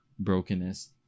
brokenness